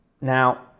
Now